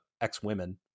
ex-women